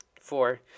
four